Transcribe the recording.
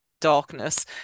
darkness